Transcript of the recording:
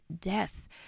death